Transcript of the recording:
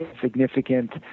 significant